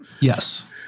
yes